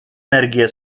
energie